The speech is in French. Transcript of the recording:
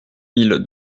mille